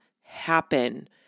happen